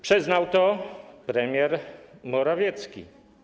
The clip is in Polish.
Przyznał to też premier Morawiecki.